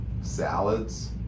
salads